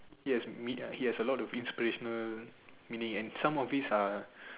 yes meet he has a lot of inspirational meaning and some of this are